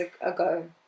ago